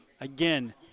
again